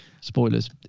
Spoilers